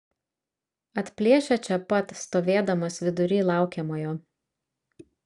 atplėšia čia pat stovėdamas vidury laukiamojo